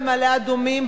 במעלה-אדומים,